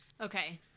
Okay